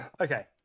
okay